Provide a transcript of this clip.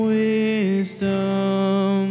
wisdom